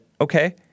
okay